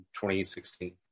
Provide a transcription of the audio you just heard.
2016